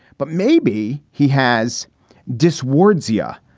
but maybe he has dissuaded zere.